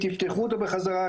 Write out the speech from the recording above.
תפתחו אותה בחזרה,